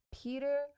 Peter